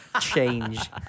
Change